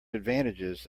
advantages